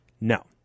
No